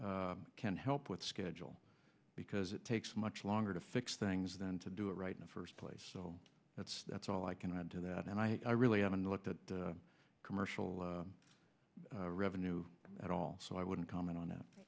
on can help with schedule because it takes much longer to fix things than to do it right the first place so that's that's all i can add to that and i really haven't looked at commercial revenue at all so i wouldn't comment on that